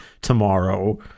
tomorrow